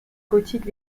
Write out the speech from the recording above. gothique